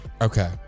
Okay